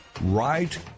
Right